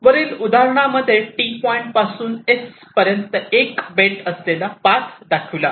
वरील उदाहरणांमध्ये point T पासून पॉईंट S पर्यंत 1 बेंड असलेला पाथ दाखविला आहे